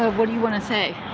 ah what do you wanna say?